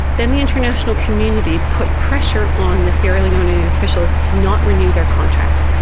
then the international community put pressure on the sierra leonean officials to not renew their contract.